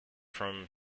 from